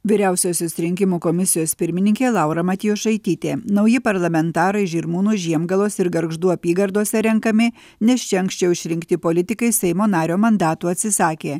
vyriausiosios rinkimų komisijos pirmininkė laura matjošaitytė nauji parlamentarai žirmūnų žiemgalos ir gargždų apygardose renkami nes čia anksčiau išrinkti politikai seimo nario mandatų atsisakė